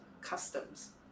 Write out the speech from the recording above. customs